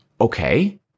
Okay